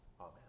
Amen